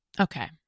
Okay